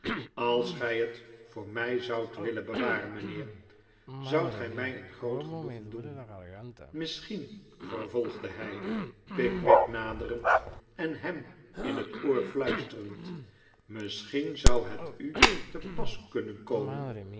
als gij het voor mij zoudt willen bewaren mijnheer zoudt gij mij een groot genoegen doen misschien vervolgde hij pickwick naderend en hem in het oor fluisterend missehien zou het u te pas kunnen komen